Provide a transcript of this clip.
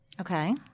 Okay